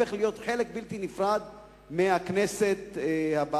יהפוך להיות חלק בלתי נפרד מהכנסת הבאה.